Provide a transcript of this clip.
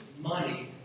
money